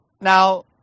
Now